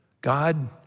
God